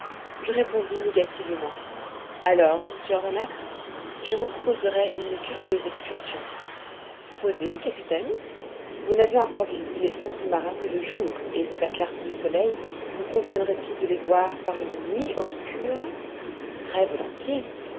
je répondis négativement alors monsieur aronnax je vous proposerai une curieuse excursion proposez capitaine vous n'avez encore visité les fonds sous-marins que le jour et sous la clarté du soleil vous conviendrait-il de les voir par une nuit obscure très volontiers